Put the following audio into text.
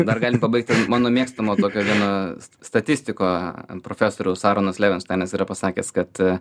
dar gali pabaigti mano mėgstamo tokio vieno st statistiko profesorius arūnas levinštainas yra pasakęs kad